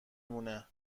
مونه